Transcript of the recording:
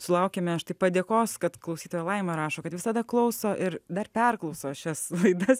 sulaukėme štai padėkos kad klausytoja laima rašo kad visada klauso ir dar perklauso šias laidas